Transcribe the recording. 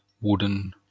wooden